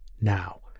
now